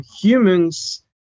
humans